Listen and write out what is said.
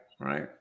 Right